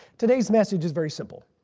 today's message is very simple.